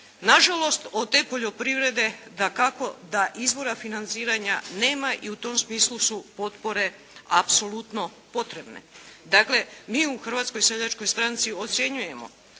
Nažalost, od te poljoprivrede dakako da izvora financiranja nema i u tom smislu su potpore apsolutno potrebne. Dakle, mi u Hrvatskoj seljačkoj stranci ocjenjujemo